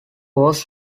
was